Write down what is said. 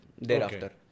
thereafter